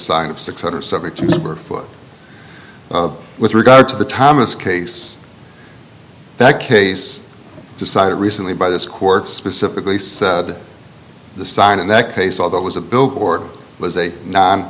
sign of six hundred and seventy two dollars super foot with regard to the thomas case that case decided recently by this court specifically said the sign in that case although it was a billboard was a non